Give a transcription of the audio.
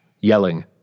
yelling